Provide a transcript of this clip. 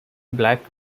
black